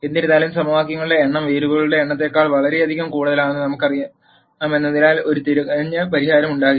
എന്നിരുന്നാലും സമവാക്യങ്ങളുടെ എണ്ണം വേരിയബിളുകളുടെ എണ്ണത്തേക്കാൾ വളരെയധികം കൂടുതലാണെന്ന് നമുക്കറിയാമെന്നതിനാൽ ഒരു തികഞ്ഞ പരിഹാരം ഉണ്ടാകില്ല